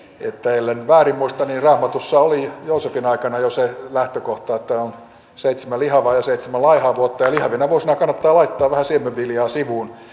ellen väärin muista niin raamatussa oli jo joosefin aikana se lähtökohta että on seitsemän lihavaa ja seitsemän laihaa vuotta ja lihavina vuosina kannattaa laittaa vähän siemenviljaa sivuun